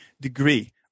degree